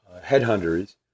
headhunters